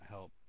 Help